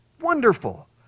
wonderful